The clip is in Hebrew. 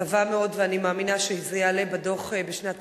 אני מקווה מאוד ואני מאמינה שזה יעלה בדוח בשנת